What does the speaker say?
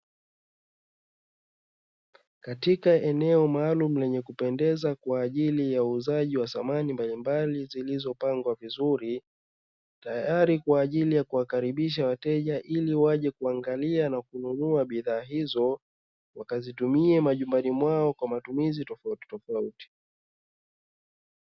Katika eneo maalumu lenye kupendeza kwa ajili ya uuzaji wa samani mbalimbali zilizopangwa vizuri, tayari kwa ajili ya kuwakaribisha wateja ili waje kuangalia na kununua bidhaa hizo, wakazitumie majumbani mwao kwa matumizi tofautitofauti.